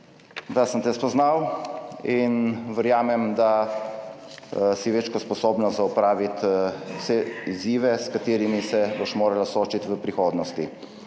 da sem te spoznal in verjamem, da si več kot sposobna za opraviti vse izzive, s katerimi se boš morala soočiti v prihodnosti.